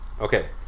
Okay